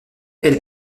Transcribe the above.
elle